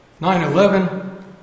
9-11